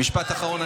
משפט אחרון.